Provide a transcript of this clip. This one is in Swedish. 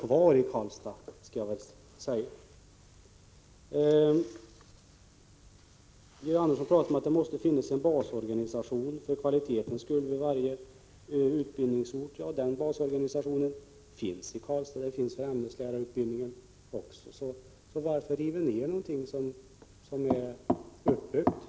Georg Andersson säger att det för kvalitetens skull måste finnas en basorganisation på varje utbildningsort. En sådan basorganisation finns i Karlstad och för ämneslärarutbildningen också. Varför riva ned något som är uppbyggt?